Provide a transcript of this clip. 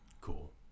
Cool